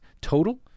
total